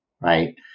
right